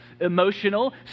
emotional